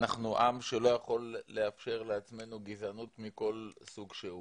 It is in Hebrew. אנחנו עם שלא יכול לאפשר לעצמו גזענות מכל סוג שהוא,